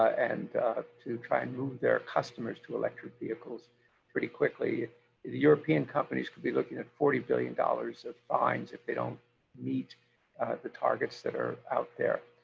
and to try and move their customers to electric vehicles pretty quickly. the european companies could be looking at forty billion dollars of fines if they don't meet the targets that are out there.